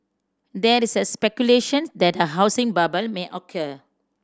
there is the speculation that a housing bubble may occur